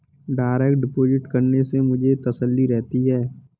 direct deposit करने से मुझे तसल्ली रहती है